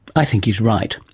i think he's right.